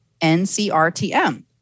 NCRTM